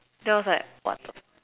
then I was like what the